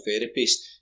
therapist